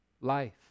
Life